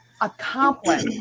accomplish